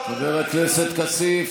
חבר הכנסת כסיף,